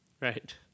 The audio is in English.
right